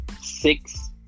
six